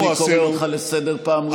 אני קורא אותך לסדר פעם ראשונה.